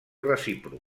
recíproc